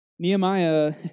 Nehemiah